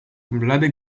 blady